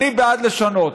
אני בעד לשנות: